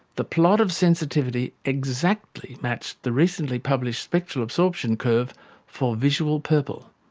the plot of sensitivity exactly matched the recently published spectral absorption curve for visual purple,